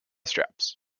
straps